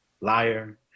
Liar